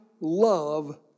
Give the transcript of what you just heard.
love